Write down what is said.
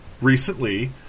recently